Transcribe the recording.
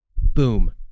Boom